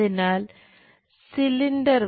അതിനാൽ സിലിണ്ടർ